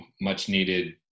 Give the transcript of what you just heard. much-needed